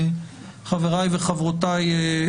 חבריי וחברותיי,